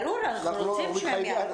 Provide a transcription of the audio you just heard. ברור, אנחנו רוצים שהם יעלו.